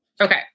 Okay